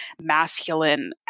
masculine